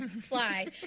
fly